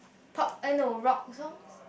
pop eh no rock songs